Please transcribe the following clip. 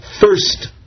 first